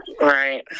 Right